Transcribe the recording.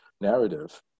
narrative